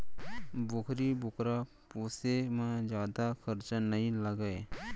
बोकरी बोकरा पोसे म जादा खरचा नइ लागय